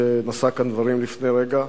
שנשא כאן דברים לפני רגע.